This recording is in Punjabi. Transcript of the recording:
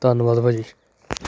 ਧੰਨਵਾਦ ਭਾਅ ਜੀ